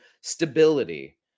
stability